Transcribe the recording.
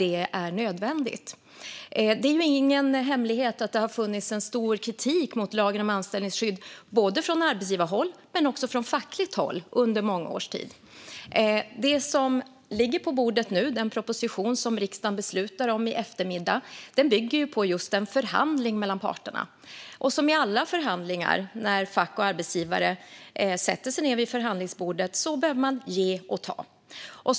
Det är ingen hemlighet att det under många års tid har funnits en stor kritik mot lagen om anställningsskydd både från arbetsgivarhåll och från fackligt håll. Den proposition som riksdagen beslutar om i eftermiddag bygger på just en förhandling mellan parterna, och som alltid när fack och arbetsgivare sätter sig ned vid förhandlingsbordet behöver man ge och ta.